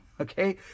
okay